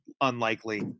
unlikely